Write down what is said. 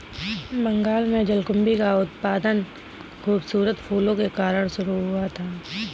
बंगाल में जलकुंभी का उत्पादन खूबसूरत फूलों के कारण शुरू हुआ था